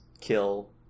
kill